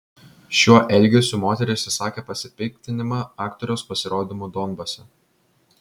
šiuo elgesiu moteris išsakė pasipiktinimą aktoriaus pasirodymu donbase